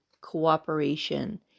cooperation